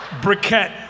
Briquette